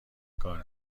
کار